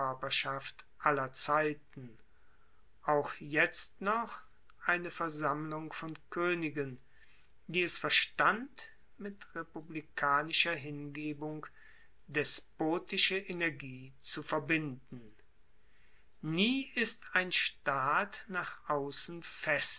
koerperschaft aller zeiten auch jetzt noch eine versammlung von koenigen die es verstand mit republikanischer hingebung despotische energie zu verbinden nie ist ein staat nach aussen fester